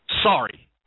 sorry